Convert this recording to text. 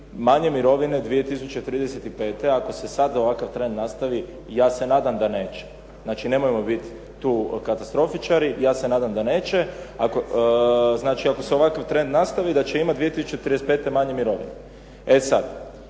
manje mirovine 2035. ako se sad ovakav trend nastavi. Ja se nadam da neće. Znači, nemojmo bit tu katastrofičari. Znači, ako se ovakav trend nastavi da će imati 2035. manje mirovine. E sad,